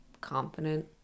confident